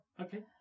Okay